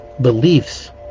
beliefs